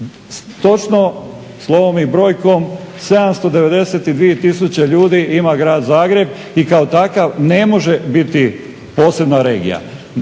Točno slovom i brojkom 792 tisuće ljudi ima grad Zagreb i kao takav ne može biti posebna regija.